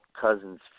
Cousins